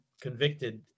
convicted